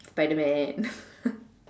spiderman